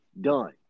done